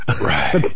Right